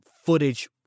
footage